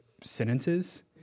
sentences